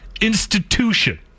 institution